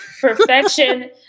perfection